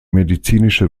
medizinische